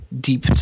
deep